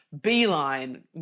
beeline